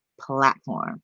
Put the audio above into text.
platform